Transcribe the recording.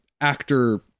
actor